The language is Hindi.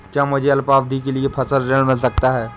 क्या मुझे अल्पावधि के लिए फसल ऋण मिल सकता है?